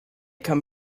come